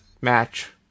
match